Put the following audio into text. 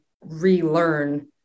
relearn